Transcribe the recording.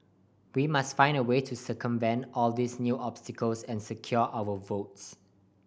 we must find a way to circumvent all these new obstacles and secure our votes